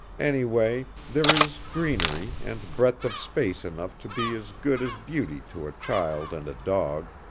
anyway, there is greenery and breadth of space enough to be as good as beauty to a child and a dog